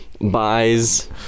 buys